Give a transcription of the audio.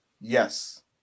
Yes